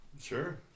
Sure